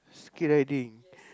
skii riding